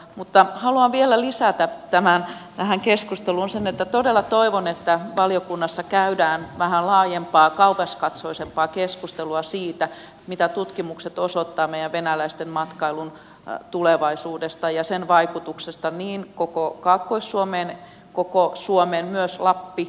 mutta haluan vielä lisätä tähän keskusteluun sen että todella toivon että valiokunnassa käydään vähän laajempaa kauaskatsoisempaa keskustelua siitä mitä tutkimukset osoittavat meidän venäläisten matkailun tulevaisuudesta ja sen vaikutuksesta niin koko kaakkois suomeen koko suomeen myös lappi sekä pääkaupunkiseutu mukaan lukien